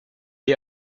est